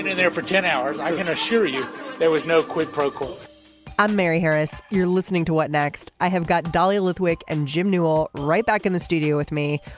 and there for ten hours i can assure you there was no quid pro quo i'm mary harris. you're listening to what next. i have got dahlia lithwick and jim newell right back in the studio with me.